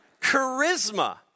Charisma